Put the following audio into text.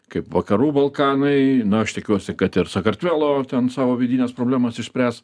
kaip vakarų balkanai na aš tikiuosi kad ir sakartvelo ten savo vidines problemas išspręs